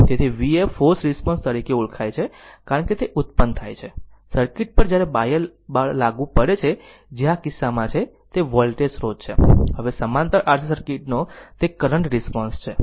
તેથી vf forced response તરીકે ઓળખાય છે કારણ કે તે ઉત્પન્ન થાય છે સર્કિટ પર જ્યારે બાહ્ય બળ લાગુ પડે છે જે આ કિસ્સામાં છે તે વોલ્ટેજ સ્રોત છે હવે સમાંતર RC સર્કિટ નો તે કરંટ રિસ્પોન્સ છે